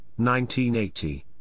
1980